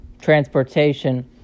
transportation